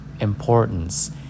importance